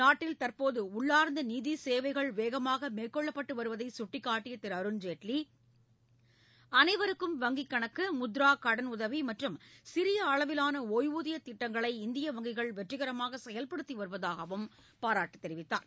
நாட்டில் தற்போது உள்ளார்ந்த நிதி சேவைகள் வேகமாக மேற்கொள்ளப்பட்டு வருவதை சுட்டிக்காட்டிய திரு அருண் ஜேட்லி அனைவருக்கும் வங்கிக் கணக்கு முத்ரா கடனுதவி மற்றும் சிறிய அளவிலாள ஓய்வூதியத் திட்டங்களை இந்திய வங்கிகள் வெற்றிகரமாக செயல்படுத்தி வருவதாகவும் பாராட்டு தெரிவித்தார்